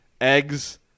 eggs